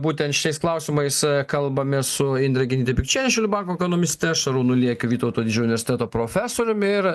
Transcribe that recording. būtent šiais klausimais kalbamės su indre genytepikčiene šiaulių banko ekonomiste šarūnu liekiu vytauto didžiojo universiteto profesoriumi ir